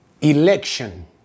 election